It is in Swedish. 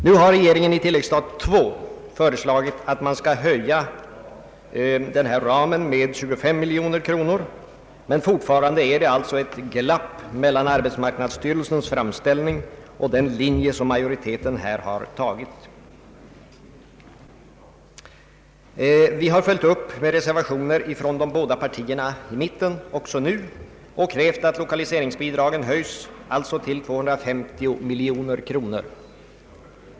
Nu har regeringen i tilläggsstat II föreslagit att man skall vidga ramen med 25 miljoner kronor, men fortfarande är det alltså ett glapp mellan arbetsmarknadsstyrelsens framställning och den linje som majoriteten här gått in för. De båda partierna i mitten har också nu följt upp med reservationer och krävt att lokaliseringsbidragen skall höjas till 250 miljoner kronor.